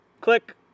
Click